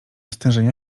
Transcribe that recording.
stężenia